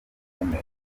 ikomera